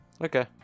Okay